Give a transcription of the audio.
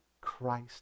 christ